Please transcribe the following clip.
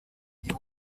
you